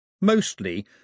Mostly